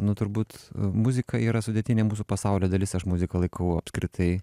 nu turbūt muzika yra sudėtinė mūsų pasaulio dalis aš muziką laikau apskritai